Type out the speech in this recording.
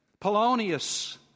Polonius